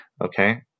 Okay